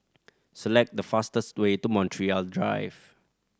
select the fastest way to Montreal Drive